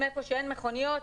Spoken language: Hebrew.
היכן שאין מכוניות,